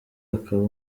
akaba